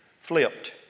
flipped